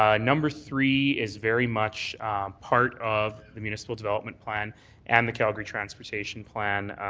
ah number three is very much part of the municipal development plan and the calgary transportation plan,